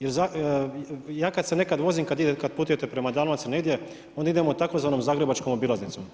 Ja kad se nekad vozim, kad putujete prema Dalmaciji negdje onda idemo tzv. zagrebačkom obilaznicom.